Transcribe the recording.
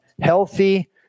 healthy